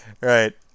right